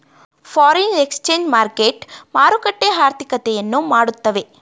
foreign exchange market ಮಾರುಕಟ್ಟೆ ಆರ್ಥಿಕತೆಯನ್ನು ಮಾಡುತ್ತವೆ